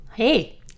Hey